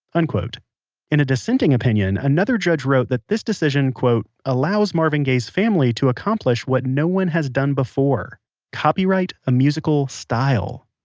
unquote in a dissenting opinion another judge wrote that this decision quote allows marvin gaye's family to accomplish what no one has done before copyright a musical style.